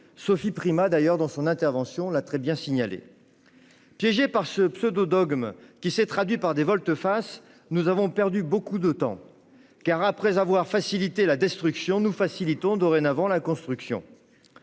Sophie Primas l'a fort bien indiqué dans son intervention. Piégés par ce pseudo-dogme qui s'est traduit par des volte-face, nous avons perdu beaucoup de temps, car, après avoir facilité la destruction, nous facilitons dorénavant la construction.